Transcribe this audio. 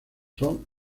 son